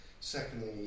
Secondly